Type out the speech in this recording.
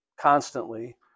constantly